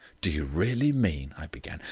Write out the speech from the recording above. do you really mean? i began.